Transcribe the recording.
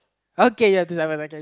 okay